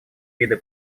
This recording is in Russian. виды